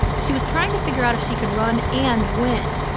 she was trying to figure out if she could run and win.